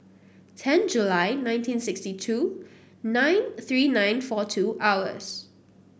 ten July nineteen sixty two nine three nine four two hours